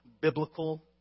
biblical